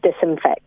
disinfect